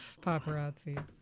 paparazzi